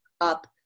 up